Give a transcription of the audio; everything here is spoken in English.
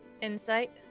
Insight